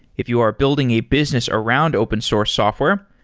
if you are building a business around open source software,